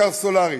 בעיקר סולרית,